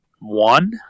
one